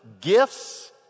gifts